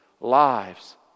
lives